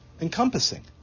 encompassing